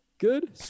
good